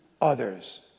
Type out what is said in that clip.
others